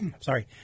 sorry